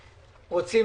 רוצים,